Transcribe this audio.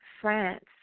France